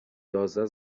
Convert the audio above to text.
یازده